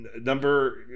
Number